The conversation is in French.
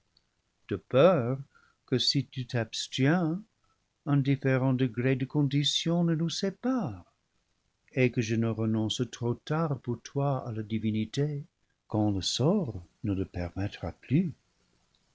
de peur que si tu t'abstiens un différent degré de condition ne nous sépare et que je ne renonce trop tard pour toi à la divi nité quand le sort ne le permettra plus